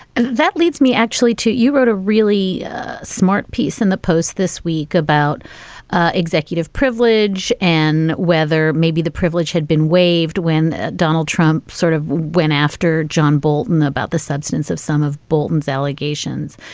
and that leads me actually to. you wrote a really smart piece in the post this week about executive privilege and whether maybe the privilege had been waived when donald trump sort of went after john bolton about the substance of some of bolton's allegations.